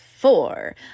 four